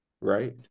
right